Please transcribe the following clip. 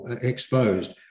Exposed